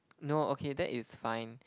no okay that is fine